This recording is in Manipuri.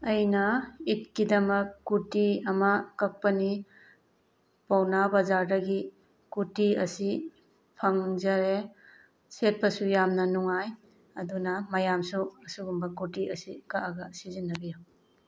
ꯑꯩꯅ ꯏꯠꯀꯤꯗꯃꯛ ꯀꯨꯔꯇꯤ ꯑꯃ ꯀꯛꯄꯅꯤ ꯄꯥꯎꯅꯥ ꯕꯖꯥꯔꯗꯒꯤ ꯀꯨꯔꯇꯤ ꯑꯁꯤ ꯐꯪꯖꯔꯦ ꯁꯦꯠꯄꯁꯨ ꯌꯥꯝꯅ ꯅꯨꯡꯉꯥꯏ ꯑꯗꯨꯅ ꯃꯌꯥꯝꯁꯨ ꯑꯁꯤꯒꯨꯝꯕ ꯀꯨꯔꯇꯤ ꯑꯁꯤ ꯀꯛꯑꯒ ꯁꯤꯖꯤꯟꯅꯕꯤꯌꯨ